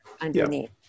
underneath